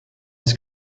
his